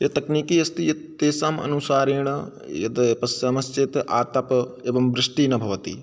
एतक्नीकी अस्ति यत् तेषाम् अनुसारेण यद् पश्यामश्चेत् आतपः एवं वृष्टिः न भवति